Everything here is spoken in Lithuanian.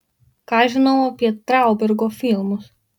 ką žinau apie traubergo filmus